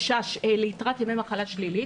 ימי מחלה שלילית,